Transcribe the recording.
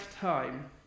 time